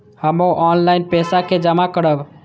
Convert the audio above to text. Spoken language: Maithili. हमू ऑनलाईनपेसा के जमा करब?